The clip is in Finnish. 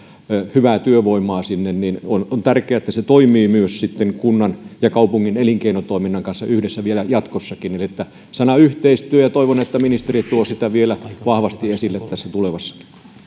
hyvää työvoimaa sinne on on tärkeää että se toimii kunnan ja kaupungin elinkeinotoiminnan kanssa yhdessä vielä jatkossakin eli sana yhteistyö toivon että ministeri tuo sitä vielä vahvasti esille tässä tulevassa